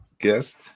guest